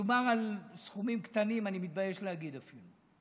מדובר על סכומים קטנים, אני מתבייש להגיד אפילו.